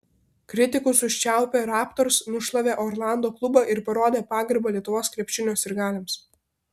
kritikus užčiaupę raptors nušlavė orlando klubą ir parodė pagarbą lietuvos krepšinio sirgaliams